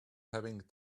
having